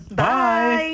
bye